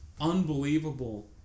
unbelievable